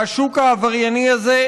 והשוק העברייני הזה,